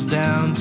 down